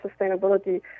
sustainability